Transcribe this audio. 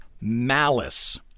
malice